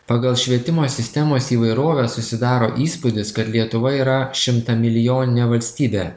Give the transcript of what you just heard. pagal švietimo sistemos įvairovę susidaro įspūdis kad lietuva yra šimtamilijoninė valstybė